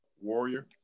warrior